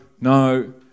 no